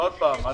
אני